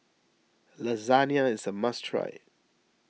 Lasagne is a must try